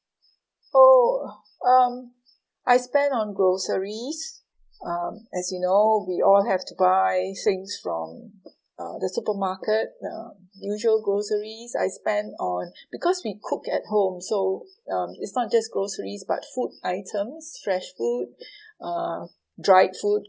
oh um I spend on groceries um as you know we all have to buy things from uh the supermarket uh usual groceries I spend on because we cook at home so um it's not just groceries but food items fresh food uh dried food